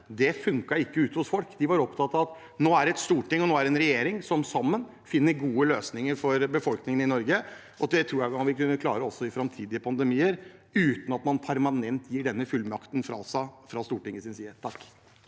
til, funka ikke ute blant folk. De var opptatt av at nå er det storting og regjering som sammen finner gode løsninger for befolkningen i Norge. Det tror jeg vi kan klare også i framtidige pandemier uten at Stortinget permanent gir denne fullmakten fra seg. Presidenten